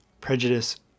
prejudice